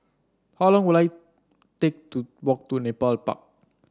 how long will I take to walk to Nepal Park